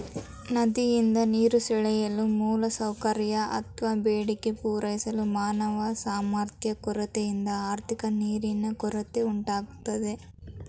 ನದಿಯಿಂದ ನೀರು ಸೆಳೆಯಲು ಮೂಲಸೌಕರ್ಯ ಅತ್ವ ಬೇಡಿಕೆ ಪೂರೈಸಲು ಮಾನವ ಸಾಮರ್ಥ್ಯ ಕೊರತೆಯಿಂದ ಆರ್ಥಿಕ ನೀರಿನ ಕೊರತೆ ಉಂಟಾಗ್ತದೆ